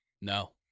No